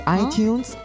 iTunes